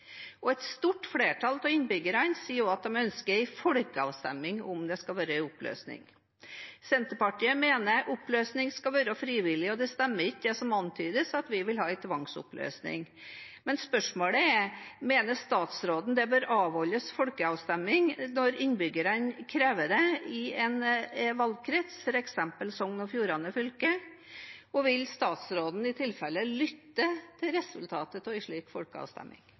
ønsker en folkeavstemning om det skal være en oppløsning. Senterpartiet mener oppløsning skal være frivillig, og det stemmer ikke, som det antydes, at vi vil ha en tvangsoppløsning. Men spørsmålet er: Mener statsråden at det bør avholdes folkeavstemning når innbyggerne krever det i en valgkrets, f.eks. Sogn og Fjordane fylke? Og vil statsråden i tilfelle lytte til resultatet av en slik folkeavstemning?